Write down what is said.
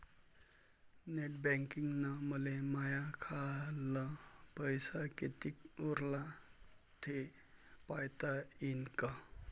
Net बँकिंगनं मले माह्या खाल्ल पैसा कितीक उरला थे पायता यीन काय?